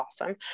awesome